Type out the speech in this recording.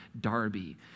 Darby